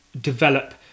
develop